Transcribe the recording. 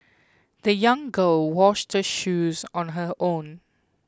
the young girl washed her shoes on her own